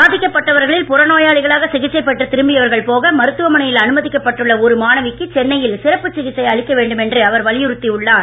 பாதிக்கப்பட்டவர்களில் புறநோயாளிகளாக சிகிச்சைப் பெற்று திரும்பியவர்கள் போக மருத்துவ மனையில் அனுமதிக்கப்பட்டுள்ள ஒரு மாணவிக்கு சென்னையில் சிறப்பு சிகிச்சை அளிக்க வேண்டுமென்று அவர் வலியுறுத்தி உள்ளார்